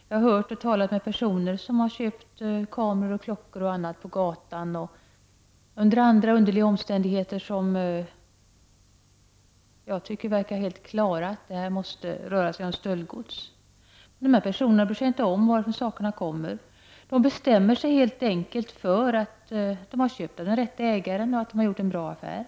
Jag har hört talas om personer som köpt bl.a. kameror och klockor på gatan eller under andra underliga omständigheter där det stått klart att det rört sig om stöldgods. Dessa köpare bryr sig inte om varifrån sakerna kommer. De bestämmer sig helt enkelt för att det är den rätte ägaren som säljer och tycker att de har gjort en bra affär.